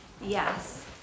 yes